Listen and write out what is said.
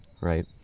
right